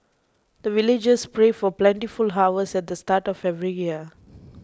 the villagers pray for plentiful harvest at the start of every year